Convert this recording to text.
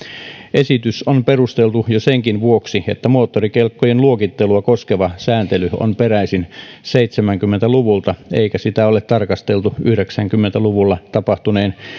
esitys on perusteltu jo senkin vuoksi että moottorikelkkojen luokittelua koskeva sääntely on peräisin seitsemänkymmentä luvulta eikä sitä ole tarkasteltu yhdeksänkymmentä luvulla tapahtuneen